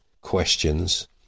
questions